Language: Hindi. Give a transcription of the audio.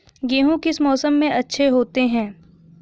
गेहूँ किस मौसम में अच्छे होते हैं?